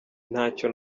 ntacyo